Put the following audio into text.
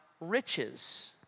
riches